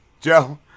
joe